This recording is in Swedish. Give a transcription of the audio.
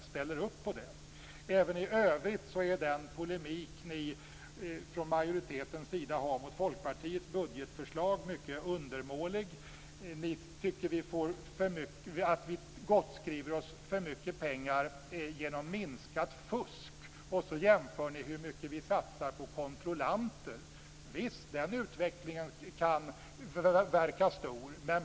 Även i övrigt är majoritetens polemik gentemot Folkpartiets budgetförslag mycket undermålig. Ni tycker att vi gottskriver oss för mycket pengar genom minskat fusk genom att jämföra med hur mycket vi satsar på kontrollanter. Visst, den utvecklingen kan verka stor.